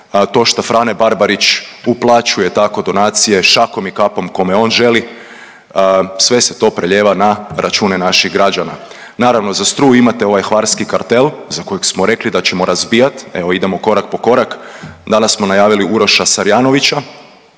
to šta Frane Barbarić uplaćuje tako donacije šakom i kapom kome on želi, sve se to prelijeva na račune naših građana. Naravno za struju imate ovaj hvarski kartel za kojeg smo rekli da ćemo razbijat, evo idemo korak po korak. Danas smo najavila Uroša Sarjanovića,